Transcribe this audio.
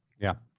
yeah.